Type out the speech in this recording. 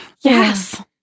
Yes